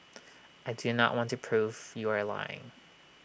I do not want to prove you are lying